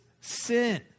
sin